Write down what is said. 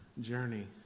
journey